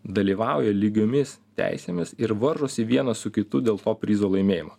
dalyvauja lygiomis teisėmis ir varžosi vienas su kitu dėl to prizo laimėjimo